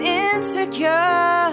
insecure